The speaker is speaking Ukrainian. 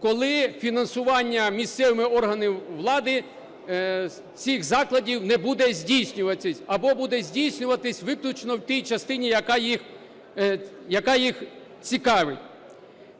коли фінансування місцевими органами влади цих закладів не буде здійснюватися або буде здійснюватися виключно в тій частині, яка їх цікавить.